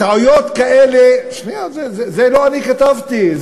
טעויות כאלה, שנייה, את זה לא אני כתבתי,